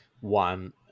one